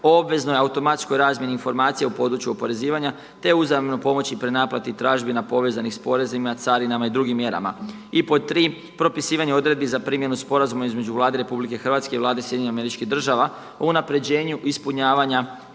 o obveznoj automatskoj razmjeni informacija u području oporezivanja, te uzajamnoj pomoći i prenaplati tražbina povezanih sa porezima, carinama i drugim mjerama. I pod tri propisivanje odredbi za primjenu Sporazuma između Vlade RH i Vlade SAD-a o unapređenju ispunjavanja